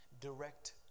direct